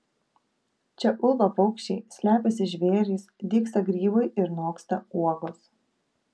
čia ulba paukščiai slepiasi žvėrys dygsta grybai ir noksta uogos